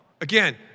Again